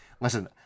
listen